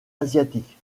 asiatique